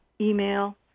email